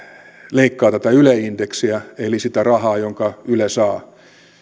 leikkaa tätä yle indeksiä eli sitä rahaa jonka yle saa